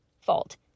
fault